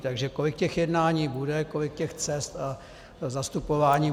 Takže kolik těch jednání bude, kolik těch cest a zastupování bude?